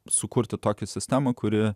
sukurti tokią sistemą kuri